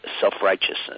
self-righteousness